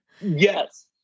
Yes